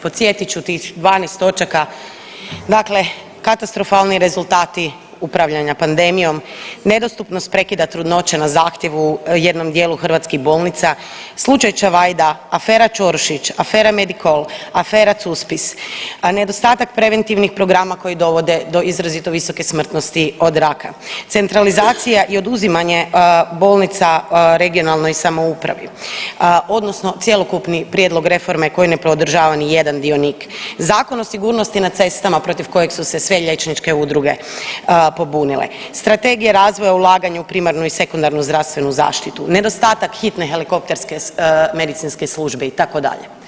Podsjetit ću, tih 12 dakle katastrofalni rezultati upravljanja pandemijom, nedostupnost prekida trudnoće na zahtjevu jednom dijelu hrvatskih bolnica, slučaj Čavajda, afera Ćorušić, afera Medikol, afera Cuspis, a nedostatak preventivnih programa koji dovode do izrazito visoke smrtnosti od raka, centralizacija i oduzimanje bolnica regionalnoj samoupravi odnosno cjelokupni prijedlog reforme koji ne podržava nijedan dionik, Zakon o sigurnosti na cestama protiv kojeg su se sve liječničke udruge pobunile, Strategija razvoja ulaganja u primarnu i sekundarnu zdravstvenu zaštitu, nedostatak hitne helikopterske medicinske službe itd.